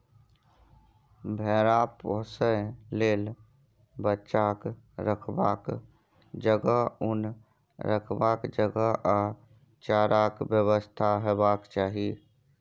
भेरा पोसय लेल बच्चाक रखबाक जगह, उन रखबाक जगह आ चाराक बेबस्था हेबाक चाही